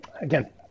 again